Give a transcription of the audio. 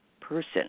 person